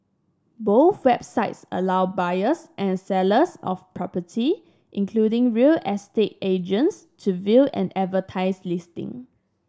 both websites allow buyers and sellers of property including real estate agents to view and advertise listing